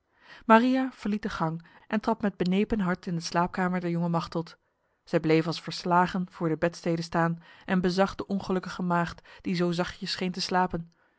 maria verliet de gang en trad met benepen hart in de slaapkamer der jonge machteld zij bleef als verslagen voor de bedstede staan en bezag de ongelukkige maagd die zo zachtjes scheen te slapen